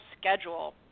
schedule